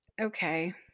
Okay